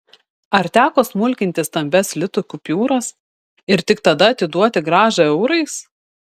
ar teko smulkinti stambias litų kupiūras ir tik tada atiduoti grąžą eurais